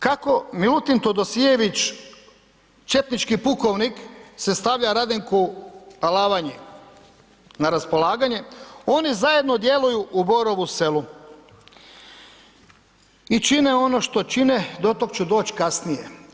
Kako Milutin Todosijević, četnički pukovnik se stavlja Radenku Alavanji na raspolaganje, oni zajedno djeluju u Borovu Selu i čine ono što čine, do tog ću doć kasnije.